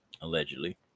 allegedly